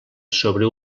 sobre